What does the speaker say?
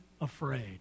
afraid